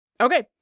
Okay